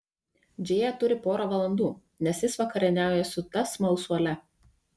džėja turi porą valandų nes jis vakarieniauja su ta smalsuole